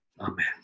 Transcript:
amen